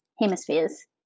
hemispheres